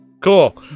Cool